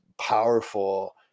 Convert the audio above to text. powerful